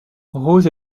rose